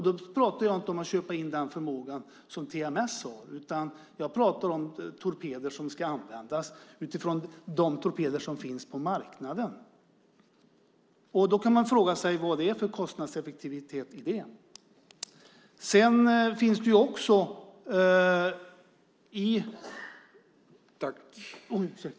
Då pratar jag inte om att köpa in den förmåga som TMS har, utan jag pratar om de torpeder som ska användas och som finns på marknaden. Då kan man fråga sig vad det ligger för kostnadseffektivitet i det.